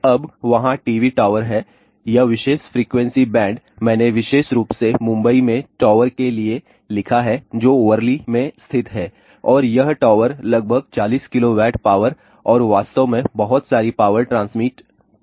अब वहाँ TV tower हैं यह विशेष फ्रीक्वेंसी बैंड मैंने विशेष रूप से मुंबई में टॉवर के लिए लिखा है जो वर्ली में स्थित है और यह टॉवर लगभग 40 KW पावर और वास्तव में बहुत सारी पावर ट्रांसमिट है